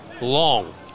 Long